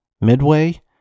Midway